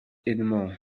anymore